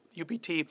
UPT